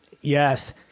yes